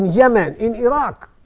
yemen, in iraq,